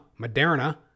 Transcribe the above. Moderna